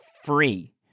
free